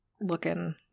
looking